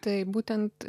taip būtent